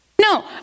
No